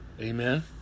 Amen